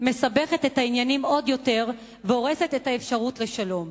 מסבכת את העניינים עוד יותר והורסת את האפשרות לשלום".